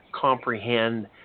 comprehend